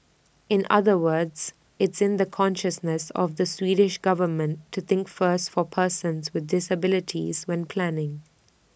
in other words it's in the consciousness of the Swedish government to think first for persons with disabilities when planning